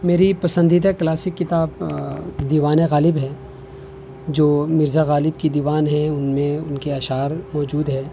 میری پسندیدہ کلاسک کتاب دیوان غالب ہے جو مرزا غالب کی دیوان ہیں ان میں ان کے اشعار موجود ہیں